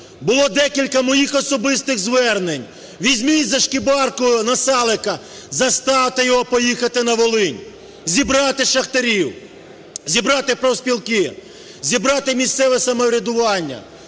було декілька моїх особистих звернень, візьміть за шкибарку Насалика, заставте його поїхати на Волинь, зібрати шахтарів, зібрати профспілки, зібрати місцеве самоврядування,